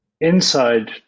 inside